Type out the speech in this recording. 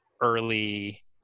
early